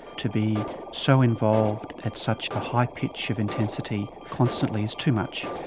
to be so involved at such a high pitch of intensity constantly is too much.